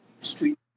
street